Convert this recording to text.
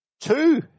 two